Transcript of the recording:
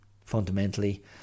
fundamentally